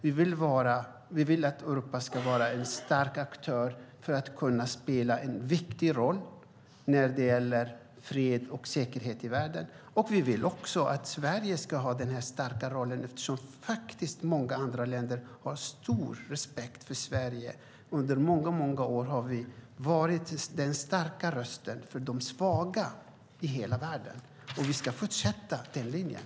Vi vill att Europa ska vara en stark aktör för att kunna spela en viktig roll när det gäller fred och säkerhet i världen, och vi vill också att Sverige ska ha denna starka roll eftersom många andra länder faktiskt har stor respekt för Sverige. Under många år har vi varit den starka rösten för de svaga i hela världen, och vi ska fortsätta den linjen.